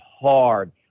hard